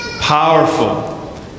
powerful